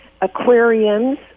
aquariums